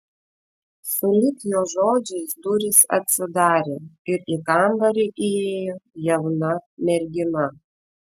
sulig jo žodžiais durys atsidarė ir į kambarį įėjo jauna mergina